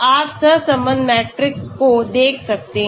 आप सहसंबंध मैट्रिक्स को देख सकते हैं